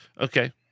Okay